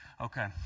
Okay